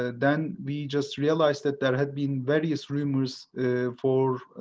ah then we just realized that there had been various rumors for